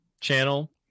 channel